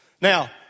Now